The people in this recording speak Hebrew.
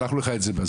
שלחנו לך את זה,